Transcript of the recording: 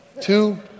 Two